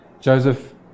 Joseph